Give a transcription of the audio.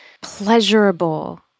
pleasurable